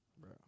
bro